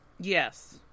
Yes